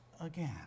again